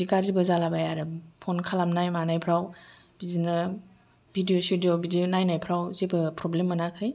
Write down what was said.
बिदि गाज्रिबो जाला बाया फन खालामनाय मानायफ्राव बिदिनो भिडिअ' सिडिअ' बिदि नायनायफ्राव जेबो प्रब्लेम मोनाखै